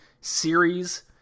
series